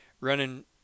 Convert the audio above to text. running